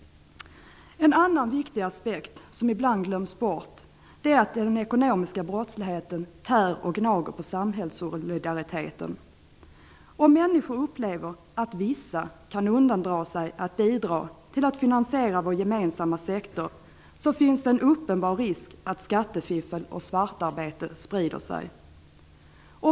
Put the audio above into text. En annan viktig aspekt som ibland glöms bort är att den ekonomiska brottsligheten tär och gnager på samhällssolidariteten. Om människor upplever att vissa kan undandra sig att bidra till att finansiera vår gemensamma sektor finns det en uppenbar risk att skattefiffel och svartarbete sprider sig.